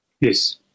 Yes